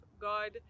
God